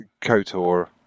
KOTOR